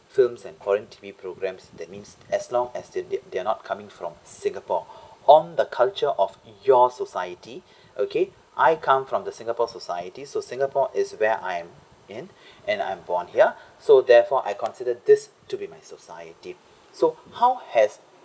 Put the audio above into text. films and foreign T_V programs that means as long as they they they are not coming from singapore on the culture of your society okay I come from the singapore society so singapore is where I am in and I am born here so therefore I considered this to be my society so how has